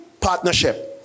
partnership